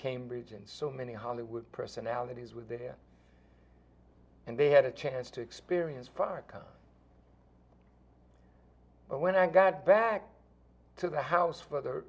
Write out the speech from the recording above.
cambridge and so many hollywood personalities were there and they had a chance to experience farrakhan when i got back to the house for the